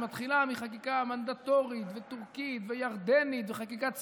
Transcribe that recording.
שמתחילה מחקיקה מנדטורית וטורקית וירדנית וחקיקה צבאית,